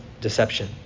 deception